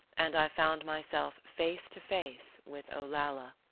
and i found myself face to face with olalla.